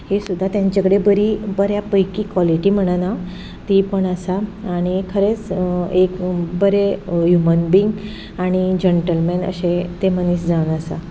ही सुद्दां तांचे कडेन बरी बऱ्यापैकी क्वॉलिटी म्हणना ती पण आसा आनी खरेंच एक बरे ह्युमन बिंग आनी जनटंलमॅन अशे ते मनीस जावन आसा